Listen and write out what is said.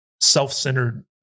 self-centered